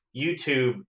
YouTube